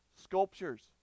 sculptures